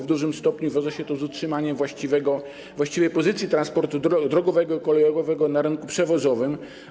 W dużym stopniu wiąże się to z utrzymaniem właściwej pozycji transportu drogowego i kolejowego na rynku przewozowym.